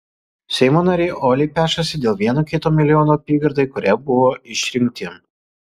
seimo nariai uoliai pešasi dėl vieno kito milijono apygardai kurioje buvo išrinkti